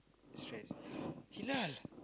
stress